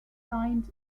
signed